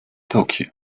tokyo